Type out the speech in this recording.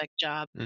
job